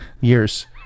years